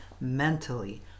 mentally